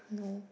no